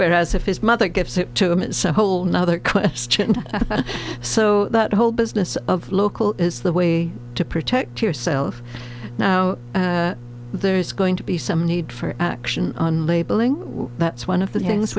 whereas if his mother gives it to him it's a whole nother quest so that whole business of local is the way to protect yourself now there's going to be some need for action on labeling that's one of the things